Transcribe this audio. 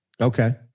Okay